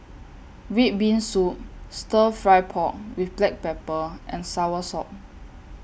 Red Bean Soup Stir Fry Pork with Black Pepper and Soursop